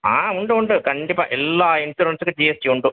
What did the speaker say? ஆ உண்டு உண்டு கண்டிப்பாக எல்லா இன்சூரன்ஸுக்கும் ஜிஎஸ்டி உண்டு